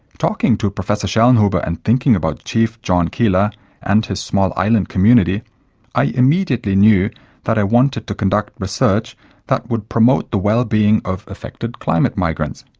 talking to professor schellnhuber and thinking about chief john kela and his small island community i immediately knew that i wanted to conduct research that would promote the well-being of affected climate migrants.